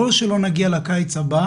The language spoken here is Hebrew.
בואו שלא נגיע לקיץ הבא